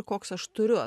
koks aš turiu